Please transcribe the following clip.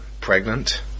pregnant